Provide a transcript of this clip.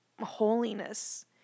holiness